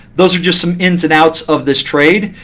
those are just some ins and outs of this trade.